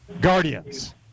Guardians